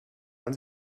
man